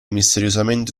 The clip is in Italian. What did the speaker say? misteriosamente